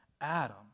Adam